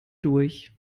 durch